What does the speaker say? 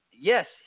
yes